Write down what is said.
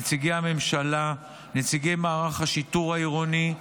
נציגי הממשלה ונציגי מערך השיטור העירוני,